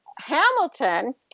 Hamilton